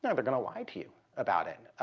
kind of going to lie to you about it.